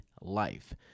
life